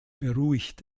beruhigt